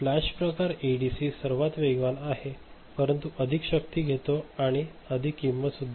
flash प्रकार ADC सर्वात वेगवान आहे परंतु अधिक शक्ती घेते आणि अधिक किंमत देते